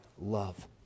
love